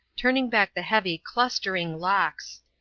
turning back the heavy, clustering locks.